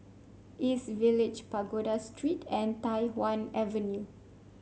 East Village Pagoda Street and Tai Hwan Avenue